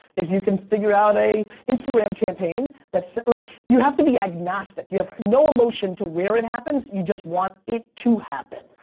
if you can figure out a instagram campaign that, so like you have to be agnostic. right. you have no emotion to where it happens, you just want it to happen.